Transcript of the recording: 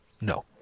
No